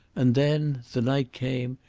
and then the night came,